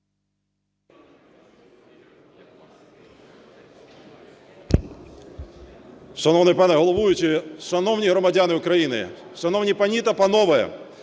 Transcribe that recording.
Шановний пане головуючий, шановні громадяни України, шановні пані та панове!